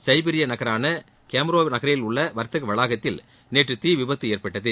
சைபீரிய நகரான கெமரோவோ நகரில் உள்ள வாத்தக வளாகத்தில் நேற்று தீ விபத்து ஏற்பட்டது